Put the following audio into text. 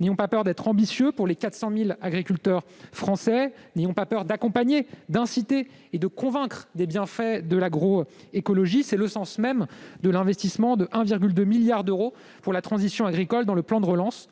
N'ayons pas peur d'être ambitieux pour les 400 000 agriculteurs français, n'ayons pas peur d'accompagner, d'inciter et de convaincre des bienfaits de l'agroécologie. Tel est le sens de l'investissement de 1,2 milliard d'euros pour la transition agricole dans le plan de relance.